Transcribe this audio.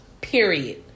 Period